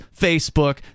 Facebook